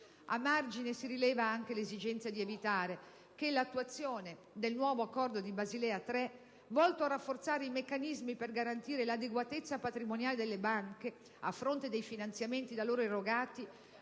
A margine, rilevo anche l'esigenza di evitare che l'attuazione del nuovo Accordo di Basilea 3, volto a rafforzare i meccanismi per garantire l'adeguatezza patrimoniale delle banche a fronte dei finanziamenti da loro erogati,